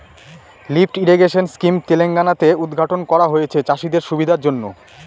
lift irrigation scheme Telangana তে উদ্ঘাটন করা হয়েছে চাষীদের সুবিধার জন্য